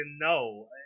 no